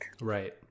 right